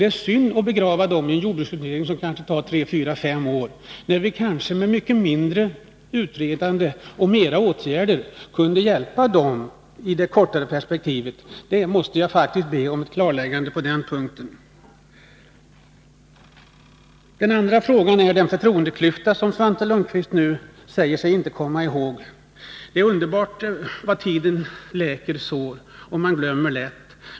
Det är synd att begrava dem i en jordbruksutredning som kanske tar tre fyra eller fem år, när vi måhända med mycket mindre utredande och mera åtgärder kunde hjälpa jordbrukarna i det kortare perspektivet. På den punkten måste jag faktiskt be om ett klarläggande. Den andra frågan gäller den förtroendeklyfta som Svante Lundkvist nu säger sig inte komma ihåg. Det är underbart vad tiden läker sår. Man glömmer lätt.